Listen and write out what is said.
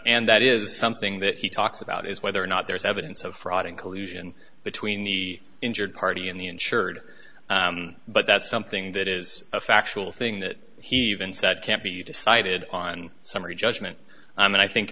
and that is something that he talks about is whether or not there's evidence of fraud and collusion between the injured party and the insured but that's something that is a factual thing that he even said can't be decided on summary judgment and i think